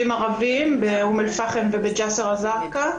ערבים, באום אל פחם ובג'סר א- זרקא,